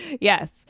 Yes